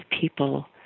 people